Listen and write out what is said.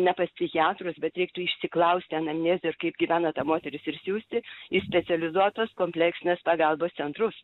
ne pas psichiatrus bet reiktų išsiklausti ten namie ir kaip gyvena ta moteris ir siųsti į specializuotos kompleksinės pagalbos centrus